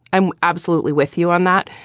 i'm absolutely with you on that.